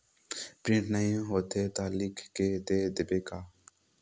Print नइ होथे ता लिख के दे देबे का?